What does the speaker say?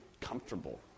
comfortable